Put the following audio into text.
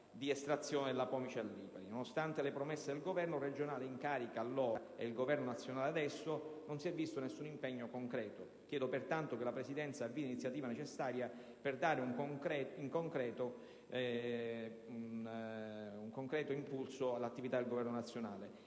di estrazione della pomice a Lipari; nonostante le promesse del governo regionale allora in carica e ora del Governo nazionale non si è visto alcun impegno concreto. Chiedo pertanto che la Presidenza avvii l'iniziativa necessaria per dare un concreto impulso all'attività del Governo nazionale.